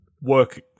work